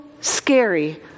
scary